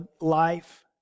life